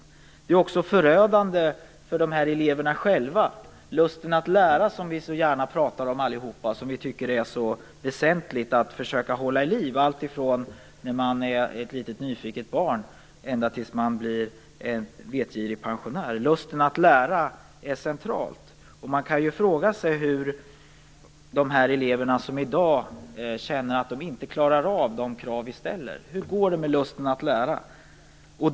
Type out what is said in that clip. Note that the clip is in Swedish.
Det är också förödande för eleverna själva. Lusten att lära, som vi så gärna pratar om och tycker är så väsentlig att försöka hålla vid liv - från det att man är ett litet nyfiket barn tills man blir en vetgirig pensionär - är central. Man kan fråga sig, när det gäller de elever som i dag känner att de inte klarar av de krav vi ställer: Hur går det med lusten att lära?